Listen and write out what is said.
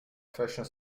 fashion